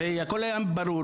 הרי הכל היה ברור